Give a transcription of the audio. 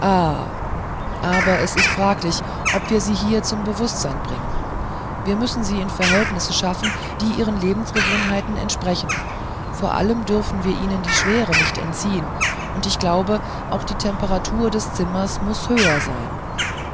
aber es ist fraglich ob wir sie hier zum bewußtsein bringen wir müssen sie in verhältnisse schaffen die ihren lebensgewohnheiten entsprechen vor allem dürfen wir ihnen die schwere nicht entziehen und ich glaube auch die temperatur des zimmers muß höher sein